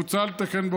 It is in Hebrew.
מוצע לתקן,